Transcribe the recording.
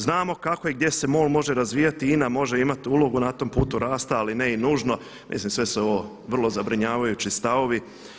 Znamo kako i gdje se MOL može razvijati, INA može imati ulogu na tom putu rasta ali ne i nužno, mislim sve su ovo vrlo zabrinjavajući stavovi.